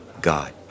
God